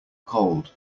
cold